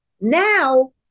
now